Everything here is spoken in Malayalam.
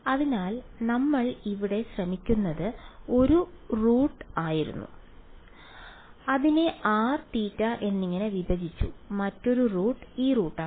അതിനാൽ നമ്മൾ ഇവിടെ ശ്രമിക്കുന്നത് ഒരു റൂട്ട് ആയിരുന്നു അതിനെ r θ എന്നിങ്ങനെ വിഭജിച്ചു മറ്റൊരു റൂട്ട് ഈ റൂട്ടാണ്